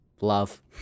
Love